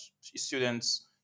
students